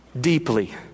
deeply